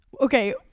Okay